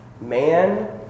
man